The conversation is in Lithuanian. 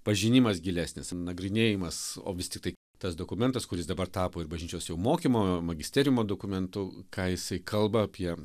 pažinimas gilesnis nagrinėjimas o vis tiktai tas dokumentas kuris dabar tapo ir bažnyčios jau mokymo magisteriumo dokumentų ką jisai kalba apie